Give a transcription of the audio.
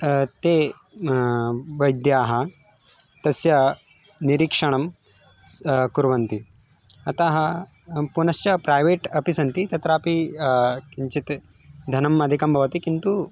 ते बैद्याः तस्य निरीक्षणं स् कुर्वन्ति अतः पुनश्च प्रैवेट् अपि सन्ति तत्रापि किञ्चित् धनम् अधिकं भवति किन्तु